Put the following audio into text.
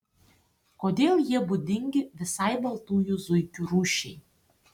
kodėl jie būdingi visai baltųjų zuikių rūšiai